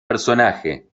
personaje